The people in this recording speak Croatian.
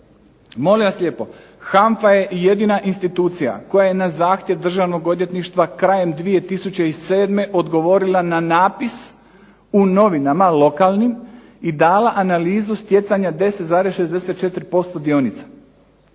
molim vas lijepo, HANFA je jedina institucija koja je na zahtjev Državnog odvjetništva krajem 2007. odgovorila na napis u novinama lokalnim i dala analizu stjecanja 10,64% dionica.